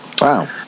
wow